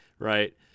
Right